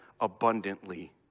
abundantly